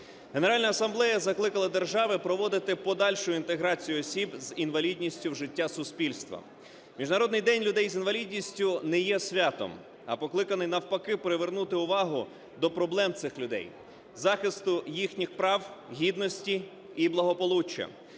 Генеральна Асамблея закликала держави проводити подальшу інтеграцію осіб з інвалідністю в життя суспільства. Міжнародний день людей з інвалідністю не є святом, а покликаний навпаки привернути увагу до проблем цих людей, захисту їхніх прав гідності і благополуччя,